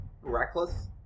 Reckless